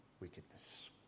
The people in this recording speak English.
wickedness